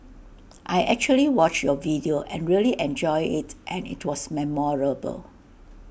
I actually watched your video and really enjoyed IT and IT was memorable